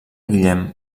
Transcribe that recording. guillem